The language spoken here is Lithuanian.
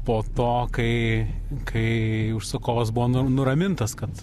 po to kai kai užsakovas buvo nu nuramintas kad